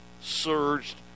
surged